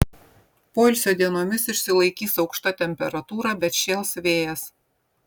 poilsio dienomis išsilaikys aukšta temperatūra bet šėls vėjas